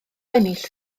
ennill